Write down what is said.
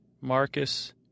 Marcus